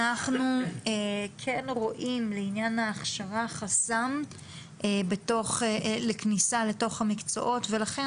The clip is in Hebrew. אנחנו כן רואים לעניין ההכשרה חסם לכניסה לתוך המקצועות ולכן